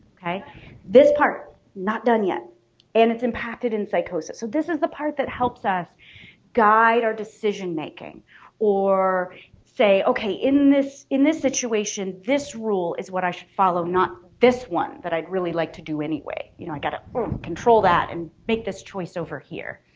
this part is not done yet and it's impacted in psychosis. so this is the part that helps us guide our decision-making or say okay in this in this situation this rule is what i should follow not this one that i'd really like to do anyway. you know i got it control that and make this choice over here.